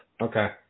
Okay